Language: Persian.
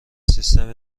سیستم